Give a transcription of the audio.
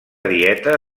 dieta